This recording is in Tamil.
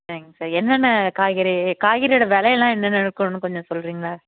சரிங்க சார் என்னென்ன காய்கறி காய்கறியோட விலை எல்லாம் என்னென்ன இருக்குதுனு கொஞ்சம் சொல்கிறீங்களா